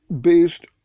based